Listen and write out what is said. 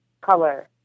color